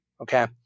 Okay